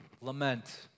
Lament